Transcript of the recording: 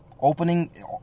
Opening